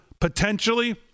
potentially